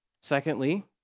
Secondly